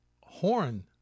Horn